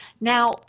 Now